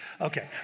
Okay